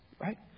right